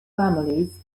families